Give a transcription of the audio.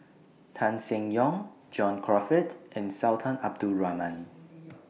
Tan Seng Yong John Crawfurd and Sultan Abdul Rahman